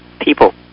People